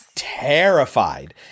terrified